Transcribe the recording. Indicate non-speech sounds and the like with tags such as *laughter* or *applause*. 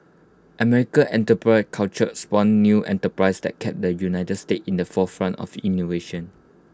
America enter *unintelligible* culture spawned new enterprises that kept the united states in the forefront of innovation